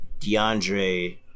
DeAndre